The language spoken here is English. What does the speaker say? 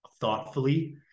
thoughtfully